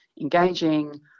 engaging